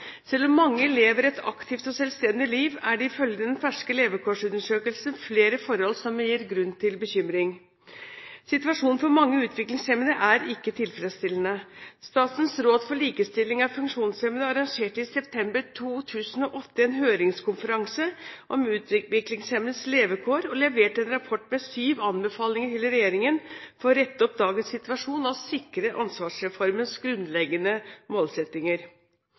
Selv om mange lever et aktivt og selvstendig liv, er det ifølge den ferske levekårsundersøkelsen flere forhold som gir grunn til bekymring. Situasjonen for mange utviklingshemmede er ikke tilfredsstillende. Statens råd for likestilling av funksjonshemmede arrangerte i september 2008 en høringskonferanse om utviklingshemmedes levekår og leverte en rapport med syv anbefalinger til regjeringen om å rette opp dagens situasjon og sikre ansvarsreformens grunnleggende målsettinger.